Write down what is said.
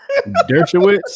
Dershowitz